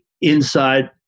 inside